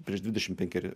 prieš dvidešim penkeri